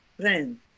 friend